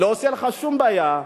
לא עושה לך שום בעיה,